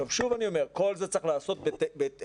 שוב אני אומר שכל זה צריך להיעשות בהתאם